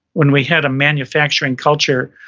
when we had a manufacturing culture.